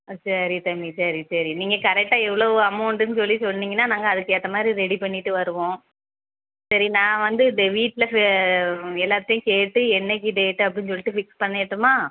ஆ சரி தம்பி சரி சரி நீங்கள் கரெக்டாக எவ்வளவு அமௌண்டுன்னு சொல்லி சொன்னிங்கன்னால் நாங்கள் அதுக்கு ஏற்ற மாதிரி ரெடி பண்ணிட்டு வருவோம் சரி நான் வந்து இந்த வீட்டில் எல்லார்கிட்டையும் கேட்டு என்றைக்கு டேட்டு அப்படின்னு சொல்லிவிட்டு ஃபிக்ஸ் பண்ணிடட்டுமா